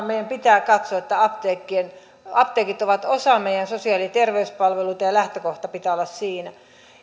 meidän pitää katsoa että apteekit ovat osa meidän sosiaali ja terveyspalveluitamme ja lähtökohdan pitää olla siinä